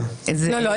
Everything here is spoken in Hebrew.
לא,